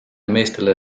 meestele